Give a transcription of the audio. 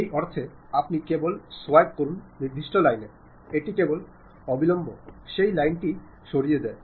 এই অর্থে আপনি কেবল সোয়াইপ করুন নির্দিষ্ট লাইনে এটি কেবল অবিলম্বে সেই লাইনটি সরিয়ে দেয়